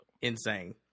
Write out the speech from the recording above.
insane